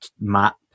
map